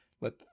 let